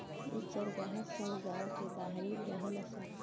इ चारागाह सन गांव के बाहरी रहेला सन